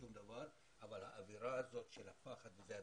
אבל האווירה הזאת של הפחד משפיעה.